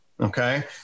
Okay